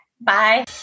Bye